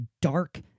dark